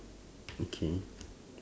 okay